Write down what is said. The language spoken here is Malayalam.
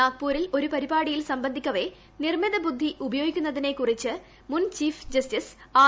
നാഗ്പൂരിൽ ഒരു പരിപാടിയിൽ സംബന്ധിക്കവെ നിർമ്മിത ബുദ്ധി ഉപയോഗിക്കുന്നതിനെ കുറിച്ച് മുൻ ചീഫ് ജസ്റ്റിസ് ആർ